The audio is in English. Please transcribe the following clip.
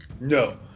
No